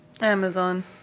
Amazon